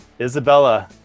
Isabella